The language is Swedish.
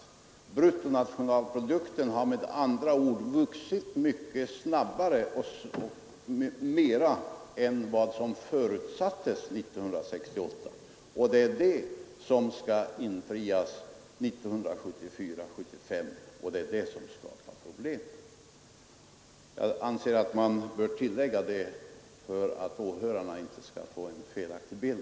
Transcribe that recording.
Bruttonationalprodukten har med andra ord vuxit mycket snabbare än vad som förutsattes 1968. Det är denna större summa som skall uppnås 1974/1975. Det är det som skapar problem. Jag anser att man bör tillägga det för att åhörarna inte skall få en felaktig bild.